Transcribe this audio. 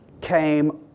came